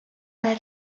ale